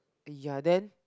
ya then